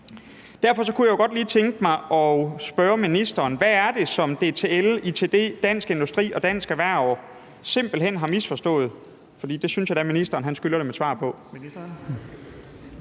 Derfor kunne jeg jo godt lige tænke mig at spørge ministeren: Hvad er det, som DTL, ITD, Dansk Industri og Dansk Erhverv simpelt hen har misforstået?